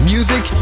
Music